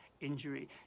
injury